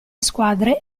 squadre